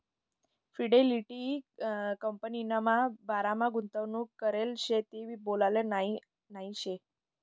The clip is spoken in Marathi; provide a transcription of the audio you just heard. फिडेलिटी कंपनीमा बारामा गुंतवणूक करेल शे ते बोलाले नही नही शे